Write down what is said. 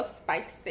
spicy